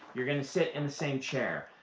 you're going to sit in the same chair.